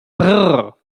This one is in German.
brrr